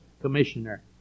commissioner